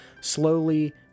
slowly